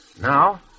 Now